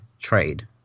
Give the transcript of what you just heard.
trade